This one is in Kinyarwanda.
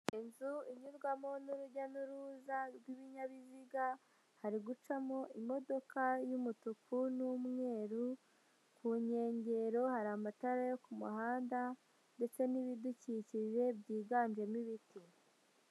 Inzu inyurwamo n'urujya n'uruza rw'ibinyabiziga, hari gucamo imodoka y'umutuku n'umweru, ku nkengero hari amatara yo ku muhanda ndetse n'ibidukikije byiganjemo ibiti.